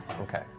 Okay